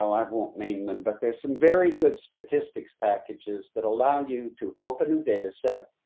i won't name them, but there's some very good statistics packages that allow you to open a data set.